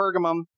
Pergamum